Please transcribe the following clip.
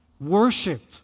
Worshipped